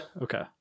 okay